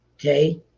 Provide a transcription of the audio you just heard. Okay